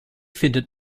findet